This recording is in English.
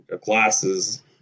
glasses